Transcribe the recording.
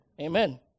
Amen